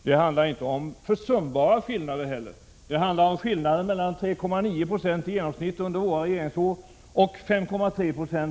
Och det handlar inte om försumbara skillnader; det handlar om skillnaden mellan 3,9 96 i genomsnitt under våra regeringsår och 5,3